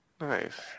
Nice